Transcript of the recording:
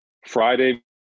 Friday